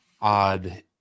odd